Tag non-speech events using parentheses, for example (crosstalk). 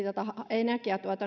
(unintelligible) ja jos miettii tätä energiantuotannon